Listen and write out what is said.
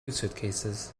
suitcases